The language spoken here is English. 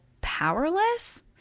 powerless